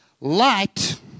light